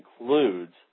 includes